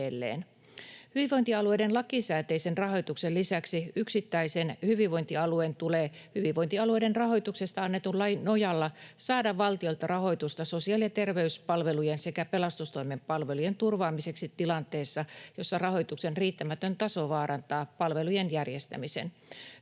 Hyvinvointialueiden lakisääteisen rahoituksen lisäksi yksittäisen hyvinvointialueen tulee hyvinvointialueiden rahoituksesta annetun lain nojalla saada valtiolta rahoitusta sosiaali- ja terveyspalvelujen sekä pelastustoimen palvelujen turvaamiseksi tilanteessa, jossa rahoituksen riittämätön taso vaarantaa palvelujen järjestämisen.